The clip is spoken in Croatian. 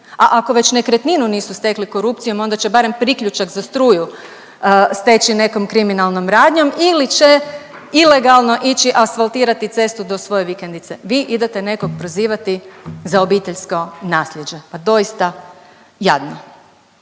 a ako već nekretninu nisu stekli korupcijom, onda će barem priključak za struju steći nekom kriminalnom radnjom ili će ilegalno ići asfaltirati cestu do svoje vikendice. Vi idete nekog prozivati za obiteljsko naslijeđe, pa doista jadno!